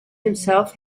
himself